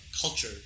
culture